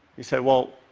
he said, well,